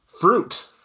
fruit